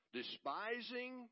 despising